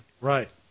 Right